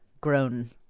grown